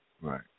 Right